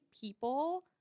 people